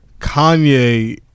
Kanye